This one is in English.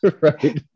right